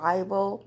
Bible